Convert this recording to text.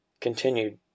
continued